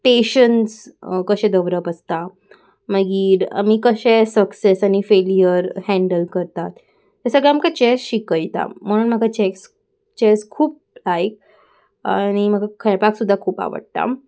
patience कशें दवरप आसता मागीर आमी कशें सक्सेस आनी फेल्युअर हँडल करतात हें सगळें आमकां चॅस शिकयता म्हणून म्हाका चॅस चॅस खूब लायक आनी म्हाका खेळपाक सुद्दां खूब आवडटा